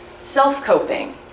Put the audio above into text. self-coping